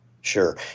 Sure